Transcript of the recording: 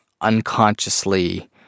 unconsciously